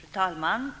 Fru talman!